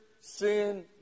sin